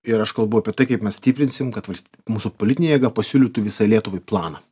ir aš kalbu apie tai kaip mes stiprinsim kad vals mūsų politinė jėga pasiūlytų visai lietuvai planą